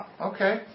Okay